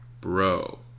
Bro